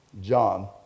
John